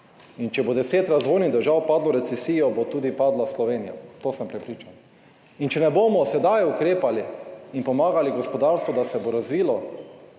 In če bo deset razvojnih držav padlo v recesijo, bo padla tudi Slovenija, v to sem prepričan. In če ne bomo sedaj ukrepali in pomagali gospodarstvu, da se bo razvilo,